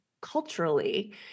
culturally